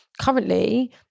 Currently